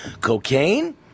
Cocaine